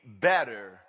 better